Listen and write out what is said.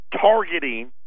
targeting